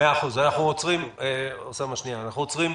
בשלב